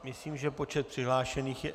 Myslím, že počet přihlášených je...